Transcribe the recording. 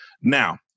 Now